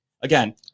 again